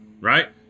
right